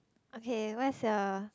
okay what is your